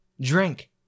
drink